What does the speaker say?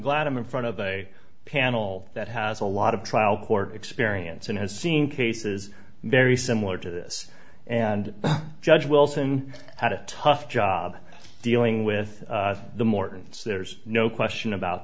glad i'm in front of a panel that has a lot of trial court experience and has seen cases very similar to this and judge wilson had a tough job dealing with the mortons there's no question about